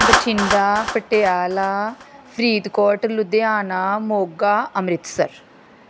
Bathinda Patiala Faridkot Ludhiana Moga Amritsar